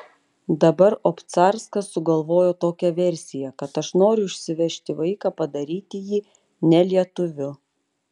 dabar obcarskas sugalvojo tokią versiją kad aš noriu išsivežti vaiką padaryti jį ne lietuviu